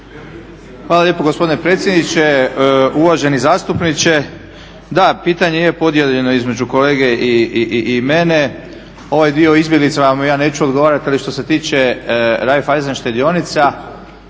Hvala lijepo gospodine predsjedniče. Uvaženi zastupniče, da pitanje je podijeljeno između kolege i mene. Ovaj dio o izbjeglicama vam ja neću odgovarati ali što se tiče Raiffeisen štedionica,